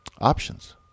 options